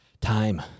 Time